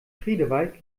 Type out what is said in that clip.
friedewald